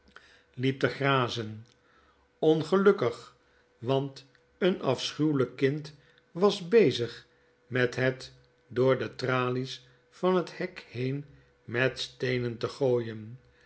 liep te grazen ongelukkig want een afschuwlijk kind was bezig met het door de tralies van het hek heen met steenen te gooien